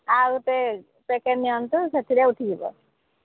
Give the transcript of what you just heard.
ଆଉ ଗୋଟେ ପ୍ୟାକେଟ୍ ନିଅନ୍ତୁ ସେଥିରେ ଉଠିଯିବ